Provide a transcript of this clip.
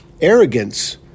Arrogance